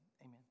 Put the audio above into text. Amen